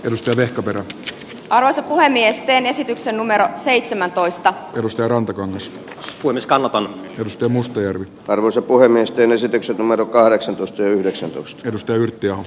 risto vehkaperä palasi puhemiesten esityksen numero seitsemäntoista ylistää rantakangas kunnes kala on risto mustajärvi arvoisa puhemies penesitykset ma to kahdeksan plus yhdeksän plus musta yrttiaho